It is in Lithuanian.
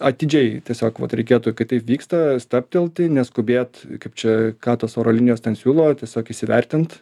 atidžiai tiesiog vat reikėtų kai taip vyksta stabtelti neskubėti kaip čia ką tos oro linijos ten siūlo tiesiog įsivertint